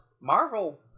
Marvel